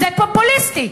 זה פופוליסטי,